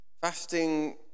Fasting